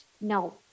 No